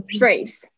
phrase